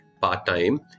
part-time